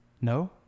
No